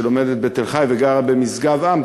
שלומדת בתל-חי וגרה במשגב-עם,